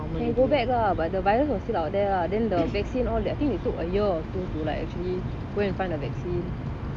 can go back ah but the virus was still out there ah then the vaccine all I think it took a year or two to like actually go and find a vaccine